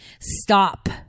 stop